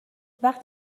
وقت